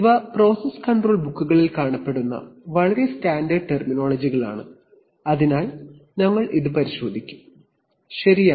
ഇവ process control ബുക്കുകളിൽ കാണപ്പെടുന്ന വളരെ സ്റ്റാൻഡേർഡ് ടെർമിനോളജികളാണ് അതിനാൽ നമുക്ക് അത് പരിശോധിക്കാം ശരിയാണ്